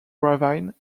ravine